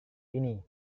ini